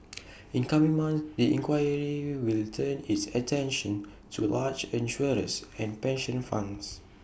in coming month the inquiry will turn its attention to large insurers and pension funds